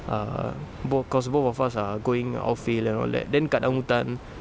err bo~ cause both of us are going off field and all that then kat dalam hutan